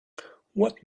what